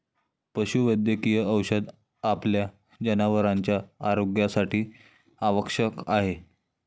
पशुवैद्यकीय औषध आपल्या जनावरांच्या आरोग्यासाठी आवश्यक आहे